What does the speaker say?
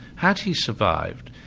had he survived,